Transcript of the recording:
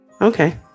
Okay